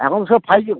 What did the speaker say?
এখন সব five G তো